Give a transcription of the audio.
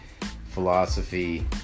philosophy